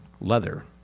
leather